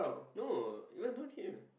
no you guys known him